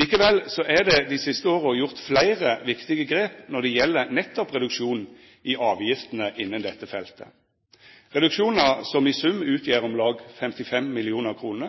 Likevel er det dei siste åra gjort fleire viktige grep når det gjeld nettopp reduksjonen i avgiftene innan dette feltet – reduksjonar som i sum utgjer om lag 55 mill. kr.